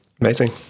Amazing